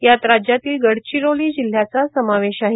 यात राज्यातील गडचिरोली जिल्हयाचा समावेश आहे